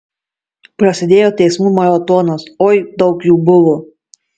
prasidėjo teismų maratonas oi daug jų buvo